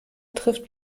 trifft